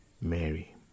Mary